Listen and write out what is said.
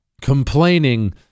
complaining